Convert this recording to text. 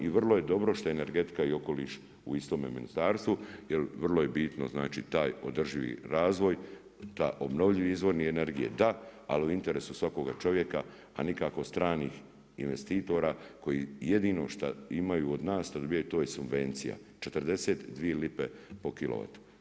I vrlo je dobro što energetika i okoliš u istome ministarstvu jer vrlo je bitno taj održivi razvoj, obnovljivi izvori energije da, ali u interesu svakoga čovjeka, a nikako stranih investitora koji jedino šta imaju od nas da dobijaju je subvencija 42 lipe po kilovatu.